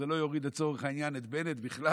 זה לא יוריד לצורך העניין את בנט בכלל.